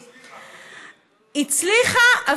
הצליחה,